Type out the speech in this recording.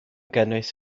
gynnwys